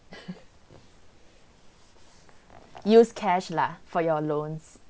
use cash lah for your loans